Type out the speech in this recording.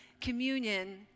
communion